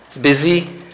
busy